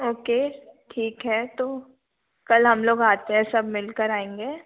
okay ठीक है तो कल हम लोग आते हैं सब मिल कर आएँगे